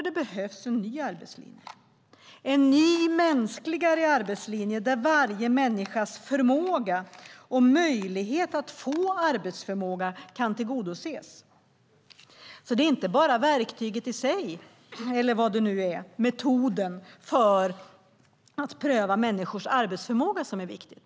Det behövs en ny mänskligare arbetslinje där varje människas förmåga och möjlighet att få arbetsförmåga kan tillgodoses. Det är inte bara verktyget i sig, metoden, eller vad det nu är, att pröva människors arbetsförmåga som är viktigt.